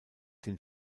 den